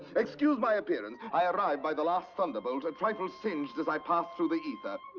excuse my appearance. i arrived by the last thunderbolt, a trifled singed as i passed through the ether.